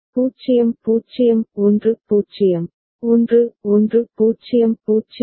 எனவே 0 0 0 1 சரி 0 0 1 0 பின்னர் 1 1 மற்றும் 0 0 என்று நீங்கள் காணலாம் பின்னர் மீதமுள்ளவை சரியில்லை மீதமுள்ளவர்கள் பரவாயில்லை